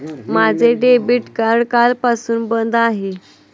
माझे debit card कालपासून बंद आहे